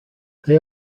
they